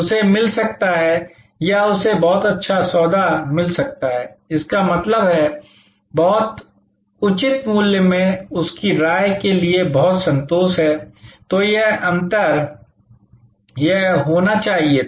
उसे मिल सकता है या उसे बहुत अच्छा सौदा मिल सकता है इसका मतलब है बहुत उचित मूल्य में उसकी राय के लिए बहुत संतोष है तो यह अंतर यह होना चाहिए था